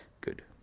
good